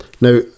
Now